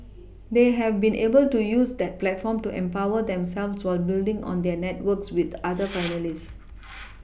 they have been able to use that platform to empower themselves while building on their networks with other finalists